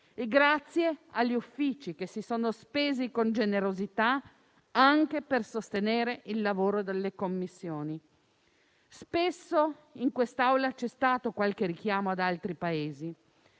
Ringrazio gli Uffici, che si sono spesi con generosità anche per sostenere il lavoro delle Commissioni. Spesso in quest'Aula c'è stato qualche richiamo ad altri Paesi.